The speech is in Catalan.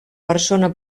persona